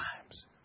times